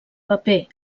paper